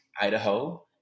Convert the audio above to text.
Idaho